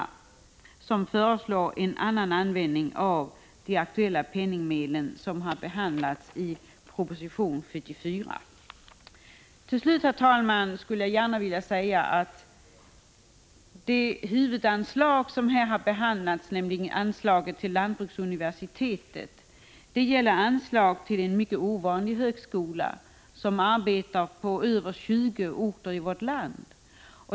I dessa reservationer föreslås en annan användning av de medel som föreslås i proposition 1985/86:74. Till slut, herr talman, vill jag säga att det huvudanslag som här har behandlats, nämligen anslaget till lantbruksuniversitetet, gäller anslag till en mycket ovanlig högskola, som arbetar på över 20 orter i vårt land.